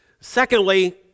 secondly